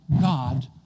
God